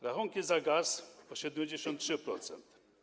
Rachunki za gaz - o 73%.